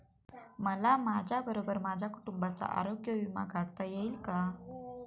मला माझ्याबरोबर माझ्या कुटुंबाचा आरोग्य विमा काढता येईल का?